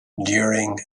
during